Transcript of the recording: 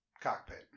cockpit